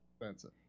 expensive